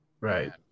right